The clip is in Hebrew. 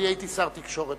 אני הייתי שר התקשורת,